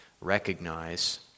recognize